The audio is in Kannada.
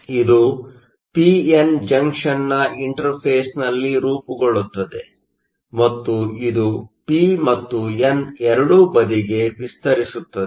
ಆದ್ದರಿಂದ ಇದು ಪಿ ಎನ್ ಜಂಕ್ಷನ್Junctionನ ಇಂಟರ್ಫೇಸ್ನಲ್ಲಿ ರೂಪುಗೊಳ್ಳುತ್ತದೆ ಮತ್ತು ಇದು ಪಿ ಮತ್ತು ಎನ್ ಎರಡೂ ಬದಿಗೆ ವಿಸ್ತರಿಸುತ್ತದೆ